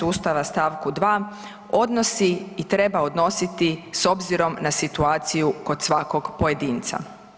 Ustava, st. 2. odnosi i treba odnositi s obzirom na situaciju kod svakog pojedinca.